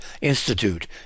Institute